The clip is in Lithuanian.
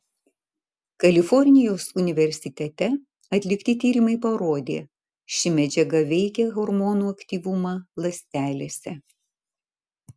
kalifornijos universitete atlikti tyrimai parodė ši medžiaga veikia hormonų aktyvumą ląstelėse